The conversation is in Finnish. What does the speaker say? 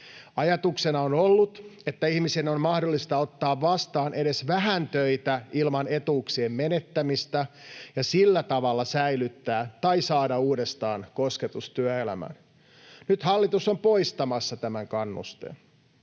Ajatuksena on ollut, että ihmisen on mahdollista ottaa vastaan edes vähän töitä ilman etuuksien menettämistä ja sillä tavalla säilyttää tai saada uudestaan kosketus työelämään. Nyt hallitus on poistamassa tämän kannusteen.